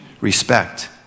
respect